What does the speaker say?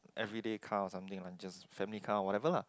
everyday car or something like just family car or whatever lah